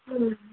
हाँ